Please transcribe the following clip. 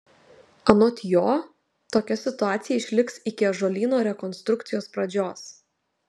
anot jo tokia situacija išliks iki ąžuolyno rekonstrukcijos pradžios